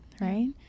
right